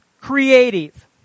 creative